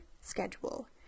schedule